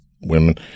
women